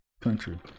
country